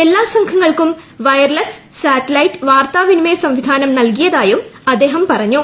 എല്ലാ സംഘങ്ങൾക്കും wireless satellite വാർത്താവിനിമയ സംവിധാനം നൽകിയതായും അദ്ദേഹം പറഞ്ഞൂ